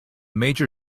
major